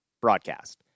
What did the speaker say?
broadcast